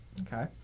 Okay